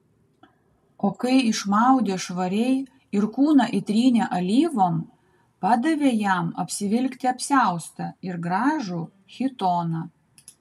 o kai išmaudė švariai ir kūną įtrynė alyvom padavė jam apsivilkti apsiaustą ir gražų chitoną